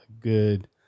good